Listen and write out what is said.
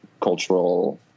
cultural